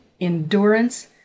endurance